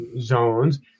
zones